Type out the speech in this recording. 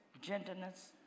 gentleness